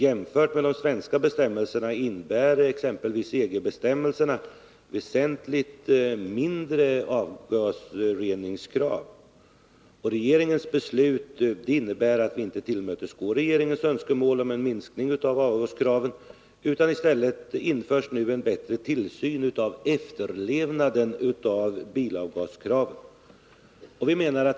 Jämfört med de svenska bestämmelserna innebär exempelvis EG-bestämmelserna krav på väsentligt mindre avgasrening. Regeringens beslut innebär att vi inte tillmötesgår önskemålen om en mildring av avgaskraven. I stället införs nu en bättre tillsyn av efterlevnaden av bilavgasbestämmelserna.